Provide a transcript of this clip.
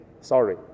sorry